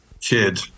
kid